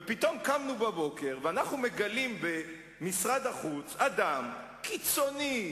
ופתאום קמנו בבוקר ואנחנו מגלים במשרד החוץ אדם קיצוני,